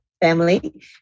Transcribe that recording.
Family